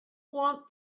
want